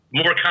more